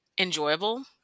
enjoyable